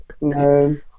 No